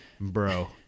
bro